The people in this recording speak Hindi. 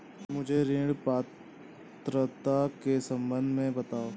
मुझे ऋण पात्रता के सम्बन्ध में बताओ?